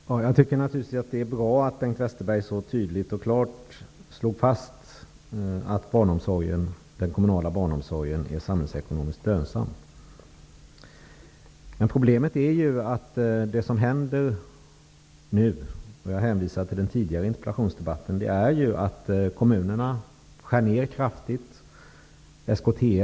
Herr talman! Jag tycker naturligtvis att det är bra att Bengt Westerberg så tydligt och klart slår fast att den kommunala barnomsorgen är samhällsekonomiskt lönsam. Men problemet är ju att det som händer nu -- jag hänvisar till den tidigare interpellationsdebatten -- är att kommunerna kraftigt skär ned.